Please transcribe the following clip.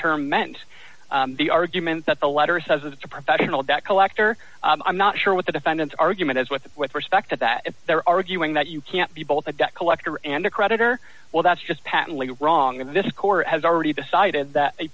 term meant the argument that the letter says is a professional debt collector i'm not sure what the defendant's argument is with with respect to that they're arguing that you can't be both a debt collector and a creditor well that's just patently wrong and this court has already decided that a